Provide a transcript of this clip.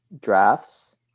drafts